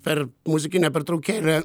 per muzikinę pertraukėlę